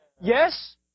Yes